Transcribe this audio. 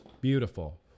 Beautiful